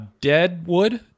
Deadwood